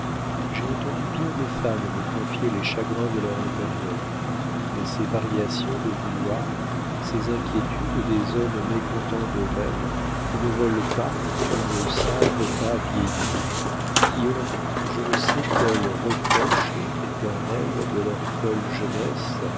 j'ai entendu bien des femmes me confier les chagrins de leur intérieur mais ces variations de vouloir ces inquiétudes des hommes mécontents d'eux-mêmes qui ne veulent pas ou ne savent pas vieillir qui ont je ne sais quels reproches éternels de leur folle jeunesse